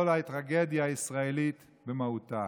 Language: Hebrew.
את כל הטרגדיה הישראלית במהותה.